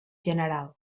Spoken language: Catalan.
general